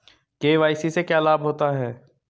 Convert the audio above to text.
KYC से क्या लाभ होता है?